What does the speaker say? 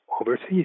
overseas